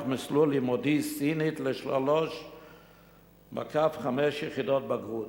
מסלול לימודי סינית ל-3 5 יחידות בגרות.